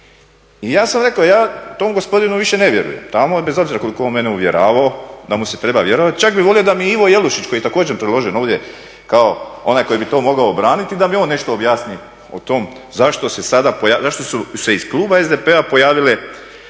I ja sam rekao, ja tom gospodinu više ne vjerujem tamo bez obzira koliko on mene uvjeravao da mu se treba vjerovati. Čak bih volio da mi Ivo Jelušić koji je također predložen ovdje kao onaj koji bi to mogao obraniti da mi on nešto objasni o tom zašto su se iz kluba SDP-a pojavile